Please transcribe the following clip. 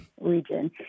region